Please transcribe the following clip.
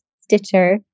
Stitcher